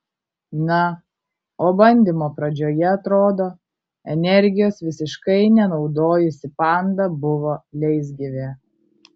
na o bandymo pradžioje atrodo energijos visiškai nenaudojusi panda buvo leisgyvė